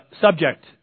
Subject